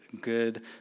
good